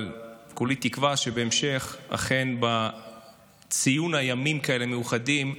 אבל כולי תקווה שבהמשך, בציון ימים כאלה מיוחדים,